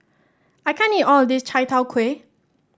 I can't eat all of this Chai Tow Kway